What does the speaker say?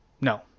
No